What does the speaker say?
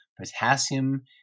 potassium